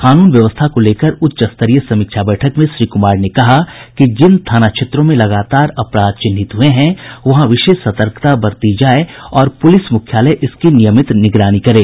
कानून व्यवस्था को लेकर उच्चस्तरीय समीक्षा बैठक में श्री कुमार ने कहा कि जिन थाना क्षेत्रों में लगातार अपराध चिन्हित हुए हैं वहां विशेष सतर्कता बरती जाय और पुलिस मुख्यालय इसकी नियमित निगरानी करे